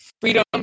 freedom